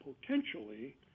potentially